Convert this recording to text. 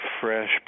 fresh